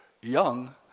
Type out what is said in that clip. young